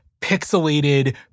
pixelated